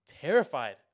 terrified